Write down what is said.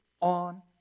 on